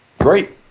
great